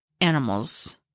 animals